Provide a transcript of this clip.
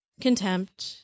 contempt